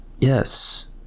yes